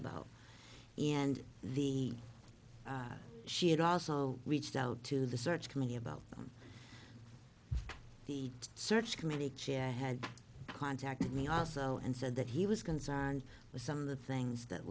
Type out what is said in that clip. about and the she had also reached out to the search committee about the search committee chair had contacted me also and said that he was concerned with some of the things that